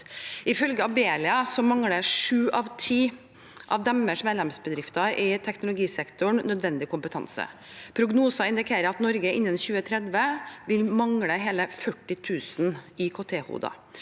Ifølge Abelia mangler sju av ti av deres medlemsbedrifter i teknologisektoren nødvendig kompetanse. Prognoser indikerer at Norge innen 2030 vil mangle 40 000 IKT-hoder.